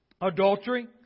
Adultery